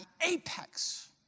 apex